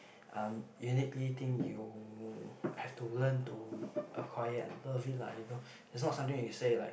um uniquely thing you have to learn to acquire and love it lah you know is not something when you say like